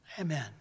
Amen